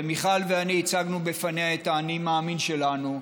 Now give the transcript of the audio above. ומיכל ואני הצגנו לפניה את האני-מאמין שלנו,